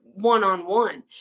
one-on-one